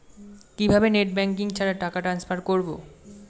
কিভাবে net banking ছাড়া টাকা ট্রান্সফার করবো?